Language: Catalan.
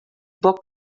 poc